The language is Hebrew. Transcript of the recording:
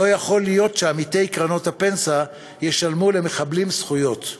לא יכול להיות שעמיתי קרנות הפנסיה ישלמו למחבלים זכויות.